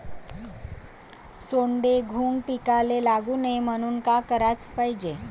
सोंडे, घुंग पिकाले लागू नये म्हनून का कराच पायजे?